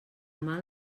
mal